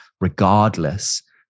regardless